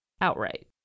outright